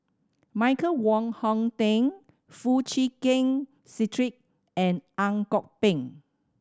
Michael Wong Hong Teng Foo Chee Keng Cedric and Ang Kok Peng